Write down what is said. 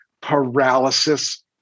paralysis